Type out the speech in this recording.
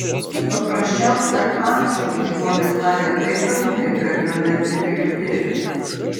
paprasčiausią ačiū žmonės taria taip dažnai kad jo net nebegirdėti